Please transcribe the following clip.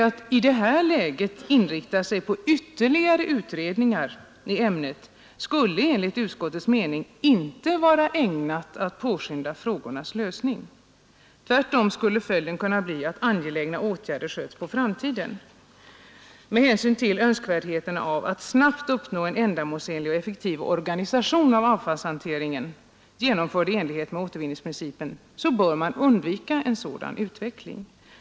Att i det läget inrikta sig på ytterligare utredningar i ämnet skulle då enligt utskottets mening inte vara ägnat att påskynda frågornas lösning. Tvärtom skulle följden kunna bli att angelägna åtgärder skjuts på framtiden. Med hänsyn till önskvärdheten av att snabbt uppnå en ändamålsenlig och effektiv organisation av avfallshanteringen, genomförd i enlighet med återvinningsprincipen, bör man undvika en sådan utredning.